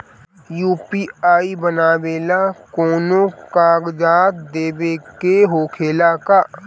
UPI बनावेला कौनो कागजात देवे के होखेला का?